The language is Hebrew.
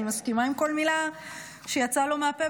אני מסכימה עם כל מילה שיצאה לו מהפה,